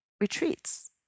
retreats